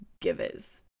givers